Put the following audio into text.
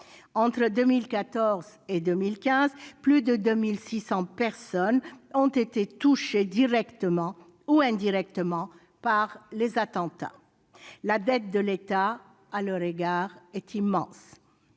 Entre 2014 et 2015, plus de 2 600 personnes ont été touchées directement ou indirectement par les attentats. La dette de l'État à leur égard est immense.